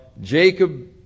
Jacob